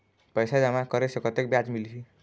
पैसा जमा करे से कतेक ब्याज मिलही?